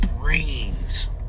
brains